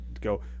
go